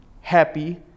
happy